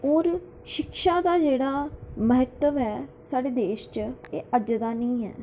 होर शिक्षा दा जेह्ड़ा महत्व ऐ साढ़े देश च अज्जै दा निं ऐ